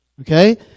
okay